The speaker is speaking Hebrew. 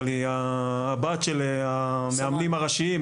אבל היא הבת של המאמנים הראשיים,